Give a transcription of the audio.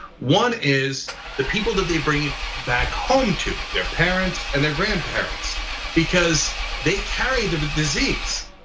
one is the people that they bring back home to their parents and their grandparents because they carry the disease.